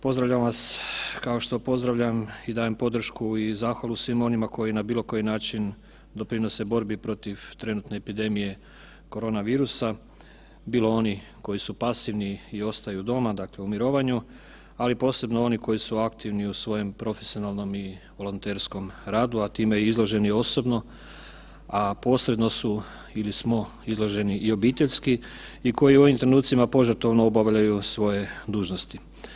Pozdravljam vas kao što pozdravljam i dajem podršku i zahvalu svima onima koji na bilo koji način doprinose borbi protiv trenutne epidemije korona virusa, bilo oni koji su pasivni i ostaju doma u mirovanju, ali posebno oni koji su aktivni u svojem profesionalnom i volonterskom radu, a time i izloženi osobno, a posredno su ili smo izloženi i obiteljski i koji u ovim trenucima požrtvovno obavljaju svoje dužnosti.